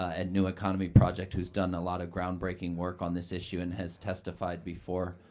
at new economy project, who's done a lot of ground-breaking work on this issue and has testified before,